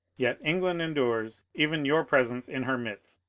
yet england endures even your presence in her midst.